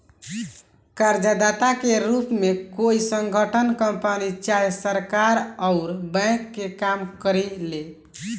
कर्जदाता के रूप में कोई संगठन, कंपनी चाहे सरकार अउर बैंक के काम करेले